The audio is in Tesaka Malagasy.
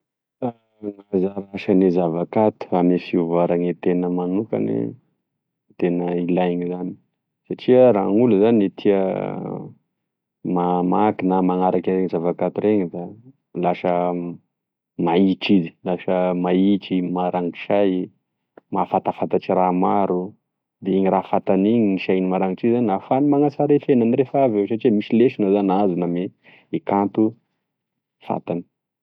Gn'anzara asagne zavakanto ame fivoarany tena manokagne de tena ilainy zany satria raha gn'olo zagne e tia mamaky na manaraky e zavakanto reny da lasa maitry izy lasa maitry maragnitry say mafantafantatry raha maro de iny raha fantany iny gne sainy maranitry iny zany gn'ahafahany manasara e fiainanay aveo satria misy lesona zany azony ame e kanto fantany.